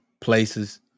places